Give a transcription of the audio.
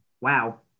Wow